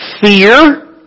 fear